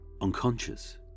unconscious